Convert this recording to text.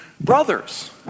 brothers